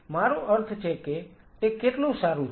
મારો અર્થ એ છે કે તે કેટલું સારું છે